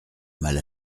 mal